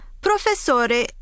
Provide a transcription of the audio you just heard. Professore